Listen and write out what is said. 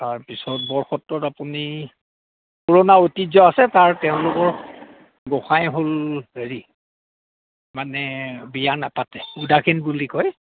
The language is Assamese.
তাৰপিছত বৰসত্ৰত আপুনি পুৰণা ঐতিহ্য আছে তাৰ তেওঁলোকৰ গোঁসাই হ'ল হেৰি মানে বিয়া নাপাতে উদাসীন বুলি কয়